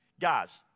Guys